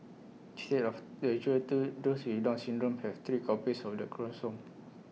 instead of the usual two those with down syndrome have three copies of the chromosome